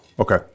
Okay